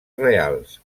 reals